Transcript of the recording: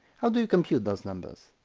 how do you compute those numbers?